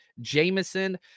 Jameson